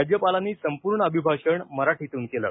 राज्यपालांनी संपूर्ण अभिभाषण मराठीतून केलं